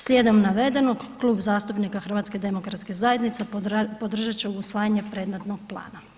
Slijedom navedenog Klub zastupnika HDZ-a podržat će usvajanje predmetnog plana.